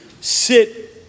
sit